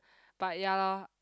but ya loh